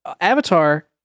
avatar